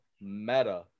Meta